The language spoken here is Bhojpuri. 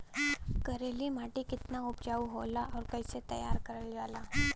करेली माटी कितना उपजाऊ होला और कैसे तैयार करल जाला?